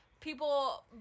people